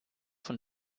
von